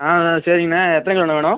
ஆ ஆ சேரிங்கண்ணா எத்தனை கிலோண்ணா வேணும்